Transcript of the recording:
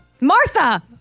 Martha